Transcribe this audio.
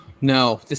No